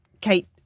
Kate